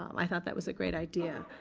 um i thought that was a great idea.